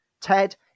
Ted